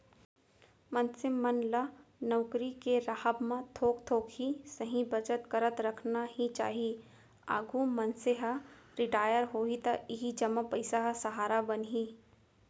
मनसे मन ल नउकरी के राहब म थोक थोक ही सही बचत करत रखना ही चाही, आघु मनसे ह रिटायर होही त इही जमा पइसा ह सहारा बनही